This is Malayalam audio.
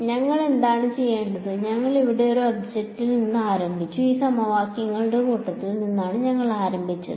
ഞങ്ങൾ എന്താണ് ചെയ്തത് ഞങ്ങൾ ഇവിടെ ഒരു ഒബ്ജക്റ്റിൽ നിന്ന് ആരംഭിച്ചു ഈ സമവാക്യങ്ങളുടെ കൂട്ടത്തിൽ നിന്നാണ് ഞങ്ങൾ ആരംഭിച്ചത്